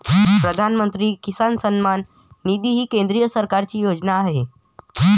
प्रधानमंत्री किसान सन्मान निधी ही केंद्र सरकारची योजना आहे